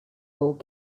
old